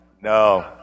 No